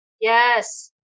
Yes